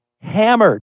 hammered